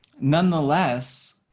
Nonetheless